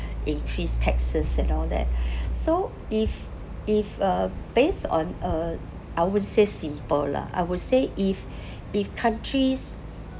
increased taxes and all that so if if uh based on uh I would say simple lah I would say if if countries